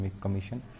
Commission